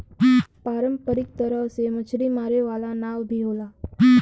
पारंपरिक तरह से मछरी मारे वाला नाव भी होला